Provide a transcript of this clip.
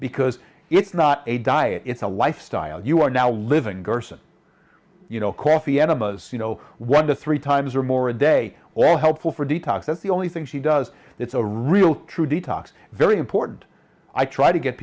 because it's not a diet it's a lifestyle you are now living gerson you know coffee enemas you know one to three times or more a day all helpful for detox that's the only thing she does it's a real true detox very important i try to get